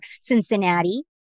Cincinnati